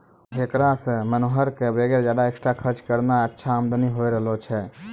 हेकरा सॅ मनोहर कॅ वगैर ज्यादा एक्स्ट्रा खर्च करनॅ अच्छा आमदनी होय रहलो छै